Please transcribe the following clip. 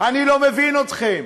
אני לא מבין אתכם.